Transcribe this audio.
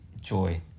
joy